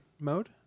mode